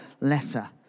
letter